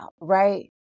Right